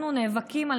אנחנו נאבקים,